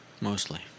Mostly